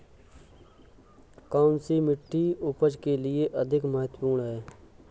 कौन सी मिट्टी उपज के लिए अधिक महत्वपूर्ण है?